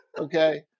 Okay